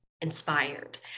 inspired